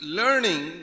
learning